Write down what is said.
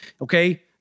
okay